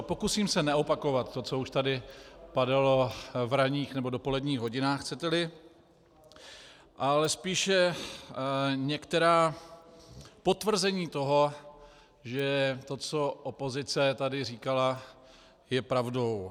Pokusím se neopakovat to, co už tady padalo v ranních nebo dopoledních hodinách, chceteli, ale spíše některá potvrzení toho, že to, co opozice tady říkala, je pravdou.